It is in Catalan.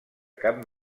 cap